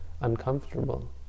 uncomfortable